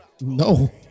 No